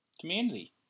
Community